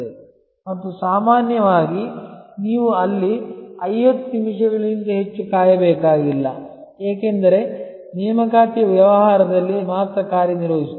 ಮತ್ತು ಸಾಮಾನ್ಯವಾಗಿ ನೀವು ಅಲ್ಲಿ 50 ನಿಮಿಷಗಳಿಗಿಂತ ಹೆಚ್ಚು ಕಾಯಬೇಕಾಗಿಲ್ಲ ಏಕೆಂದರೆ ನೇಮಕಾತಿಯ ವ್ಯವಹಾರದಲ್ಲಿ ಮಾತ್ರ ಕಾರ್ಯನಿರ್ವಹಿಸುತ್ತದೆ